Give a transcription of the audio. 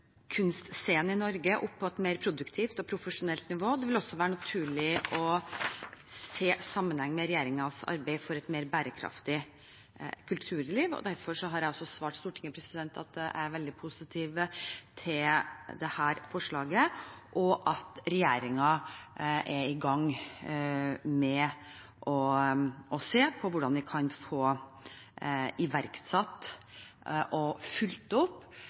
i Norge opp på et mer produktivt og profesjonelt nivå. Det vil også være naturlig å se det i sammenheng med regjeringens arbeid for et mer bærekraftig kulturliv. Derfor har jeg svart Stortinget at jeg er veldig positiv til dette forslaget, og at regjeringen er i gang med å se på hvordan vi kan få iverksatt og fulgt opp